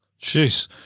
Jeez